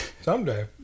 Someday